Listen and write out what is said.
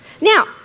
Now